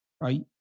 right